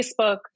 Facebook